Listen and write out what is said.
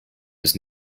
was